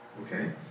Okay